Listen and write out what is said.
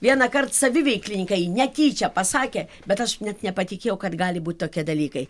vienąkart saviveiklininkai netyčia pasakė bet aš net nepatikėjau kad gali būt tokie dalykai